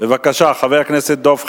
בבקשה, חבר הכנסת דב חנין.